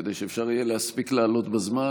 כדי שאפשר יהיה להספיק לעלות בזמן,